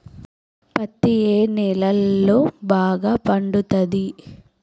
పత్తి ఏ నేలల్లో బాగా పండుతది?